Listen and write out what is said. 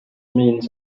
means